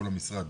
כל המשרד,